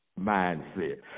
mindset